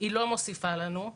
לא מוסיפה לנו.